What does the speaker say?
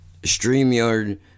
StreamYard